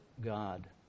God